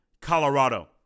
Colorado